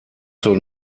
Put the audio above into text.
zur